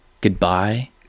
Goodbye